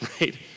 right